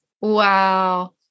wow